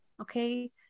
Okay